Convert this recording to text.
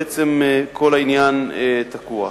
בעצם כל העניין תקוע.